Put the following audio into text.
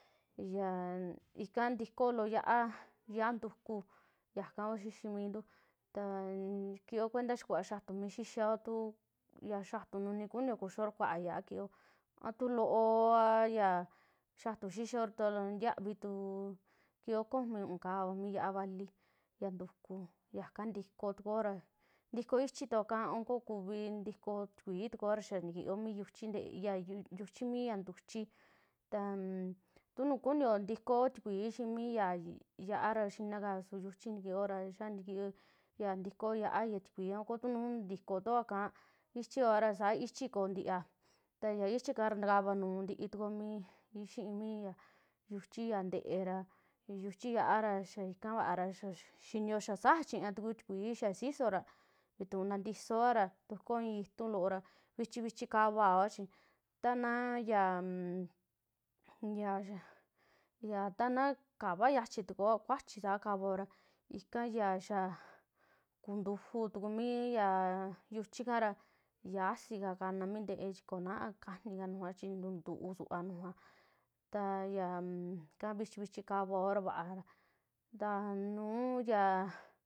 Yaa ika ntikoolo ya'a, ya'a ntuku yaka kua xiximintuu ntaa kioo cuenta xaa kuva xatuu mi xixiao, ta ku ya xiatuu nuni kunio kuyuuo ta kuaa ya'a kiyoo, a tu loova ya xiatu xixio ta ntiavi tuu kiiyo komi, u'un kaava mi ya'a vali ya ntukuu, yaka ntikoo tukuo, ra ntikoo ichii tuoo ika a kuvi ntikoo tikuii tukuoa ra xaa natakio mi yuchii ntee ya yuchi mi ya ntuchi, taa tu nu kuio ntikoo tikuii xii mi ya ya'a ra yinaka su mi yuchi ntakio ra, yaa natakioo ya'a ya tikuii, a ta nuu ntikotua kaa ichio ra saa ichi koo ntiua, ntaaya ichi ikaa ra ntakavaa nuu nti'i tukoo xii mii ya yuchi ya nte'e ra, yuchi ya'a ra xaa ika vaa ra, xaa xinio xaa sajaa chiñaa tuku tikuii, xaa sixora vituu ntatisoaa ra ntukuoo i'i intuu loo ra, vichi, vichi kavaora chi ta na yaa- yaa- ya tana kava yachitukuoa, kuachi saa kavaoa ra ika yaa xaa ntuu ntujuu tuku mia ya yuchi ika ra yasii ka kanaa mi nte'e chi koo naa kajni ka mi nujua, chi ntuntuua nujua, taa yaaka vichi, vichi kavaoa ra vaa, ntaa nu'u yaa.